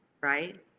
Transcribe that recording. Right